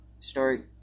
story